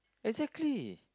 exactly